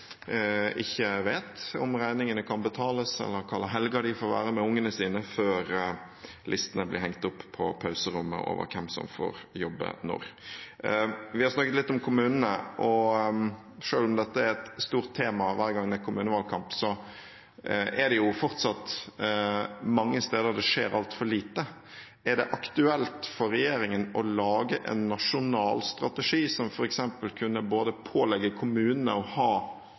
ikke vet om regningene kan betales, eller hvilke helger de kan være med ungene sine, før listene over hvem som får jobbe når, blir hengt opp på pauserommet. Vi har snakket litt om kommunene, og selv om dette er et stort tema hver gang det er kommunevalgkamp, er det fortsatt mange steder det skjer altfor lite. Er det aktuelt for regjeringen å lage en nasjonal strategi som f.eks. både kunne pålegge kommunene å ha